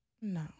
No